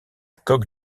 coque